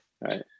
right